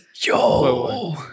yo